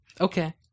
Okay